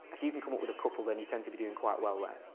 if you can come up with a couple then you tend to be doing quite well there.